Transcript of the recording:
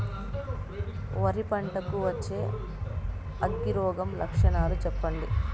వరి పంట కు వచ్చే అగ్గి రోగం లక్షణాలు చెప్పండి?